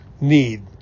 need